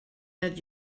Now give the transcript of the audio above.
that